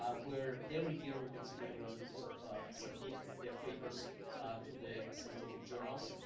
ah where every year we're considering whether to so submit their papers to the scientific journals.